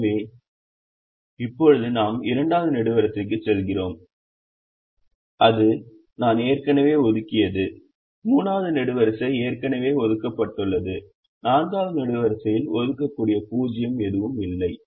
எனவே இப்போது நாம் 2வது நெடுவரிசைக்குச் செல்கிறோம் அது நான் ஏற்கனவே ஒதுக்கியது 3 வது நெடுவரிசை ஏற்கனவே ஒதுக்கப்பட்டுள்ளது 4 வது நெடுவரிசையில் ஒதுக்கக்கூடிய 0 ஏதும் இல்லை